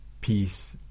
peace